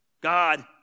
God